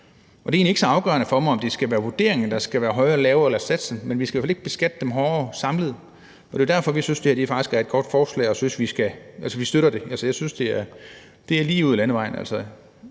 Det er egentlig ikke så afgørende for mig, om det skal være vurderingen, der skal være højere eller lavere, eller satsen, men vi skal i hvert fald ikke beskatte dem hårdere samlet. Det er derfor, vi synes, at det her faktisk er et godt forslag. Vi støtter det. Jeg synes, det er lige ud ad landevejen.